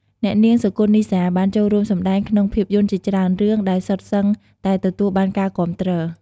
អ្នកនាង សុគន្ធ និសា បានចូលរួមសម្តែងក្នុងភាពយន្តជាច្រើនរឿង ដែលសុទ្ធសឹងតែទទួលបានការគាំទ្រ។